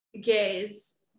gays